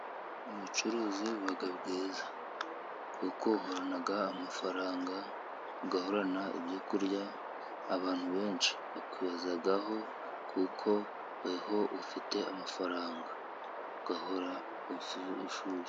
Ubucuruzi buba bwiza kuko uhorana amafaranga, ugahorana ibyo kurya. Abantu benshi bakwibazaho kuko weho ufite amafaranga ugahora...